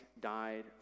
died